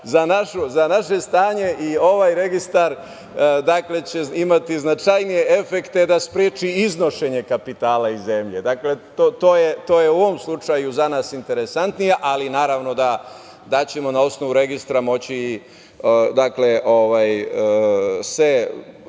za naše stanje i ovaj registar će imati značajnije efekte da spreči iznošenje kapitala iz zemlje. Dakle, to je u ovom slučaju za nas interesantnije, ali naravno da ćemo na osnovu registra moći